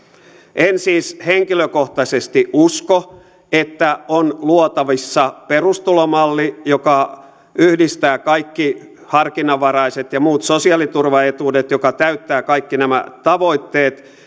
en siis henkilökohtaisesti usko että on luotavissa perustulomalli joka yhdistää kaikki harkinnanvaraiset ja muut sosiaaliturvaetuudet joka täyttää kaikki nämä tavoitteet